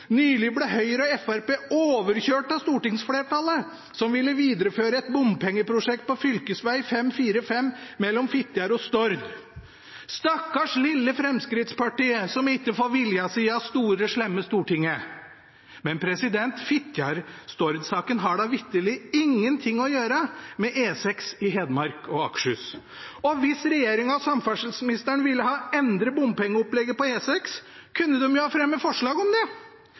Nylig ble Høyre og Frp overkjørt av stortingsflertallet, som ville videreføre et bomprosjekt på Fylkesvei 545 mellom Fitjar og Stord.» Stakkars lille Fremskrittspartiet som ikke får viljen sin av store, slemme stortinget. Men Fitjar–Stord-saken har da vitterlig ingenting å gjøre med E6 i Hedmark og Akershus. Og hvis regjeringen og samferdselsministeren ville ha endret bompengeopplegget på E6, kunne de jo ha fremmet forslag om det.